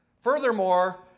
Furthermore